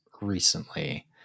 recently